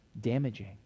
damaging